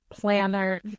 planner